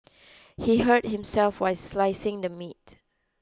he hurt himself while slicing the meat